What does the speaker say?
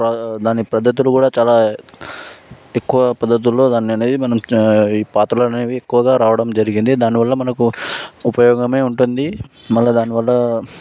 దాని పద్ధతులు కూడా చాలా ఎక్కువ పద్ధతులతో దాన్ని అనేది మనం ఈ పాత్రలు అనేవి ఎక్కువగా రావడం జరిగింది దానివల్ల మనకు ఉపయోగమే ఉంటుంది మళ్ళా దానివల్ల